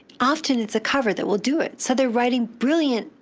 often it's a cover that will do it so they're writing brilliant,